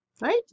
right